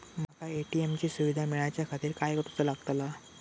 माका ए.टी.एम ची सुविधा मेलाच्याखातिर काय करूचा लागतला?